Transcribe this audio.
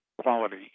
quality